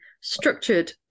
structured